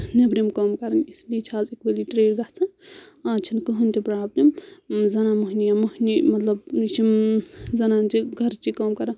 نؠبرِم کٲم کَرٕنۍ اِسی لیے چھِ آز اِکؤلی ٹرٛیٖٹ گژھان آز چھِنہٕ کٕہٕنۍ تہِ پروبلِم زَنان مۄہنیو یا مۄہنیو مطلب یہِ چھِ زَنان چھِ گَرٕچہِ کٲم کَران